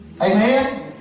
Amen